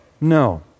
No